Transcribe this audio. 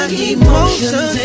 emotions